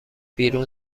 بیرون